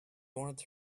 wanted